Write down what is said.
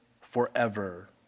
forever